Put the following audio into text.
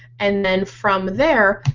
and then from there.